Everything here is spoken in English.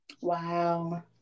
wow